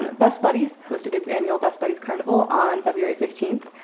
um best buddies hosted its annual best buddies carnival on february fifteenth.